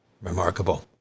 Remarkable